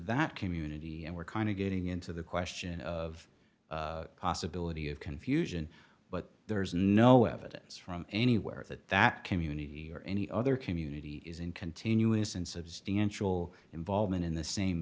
that community and we're kind of getting into the question of possibility of confusion but there's no evidence from anywhere that that community or any other community is in continuous insubstantial involvement in the same